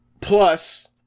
plus